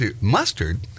mustard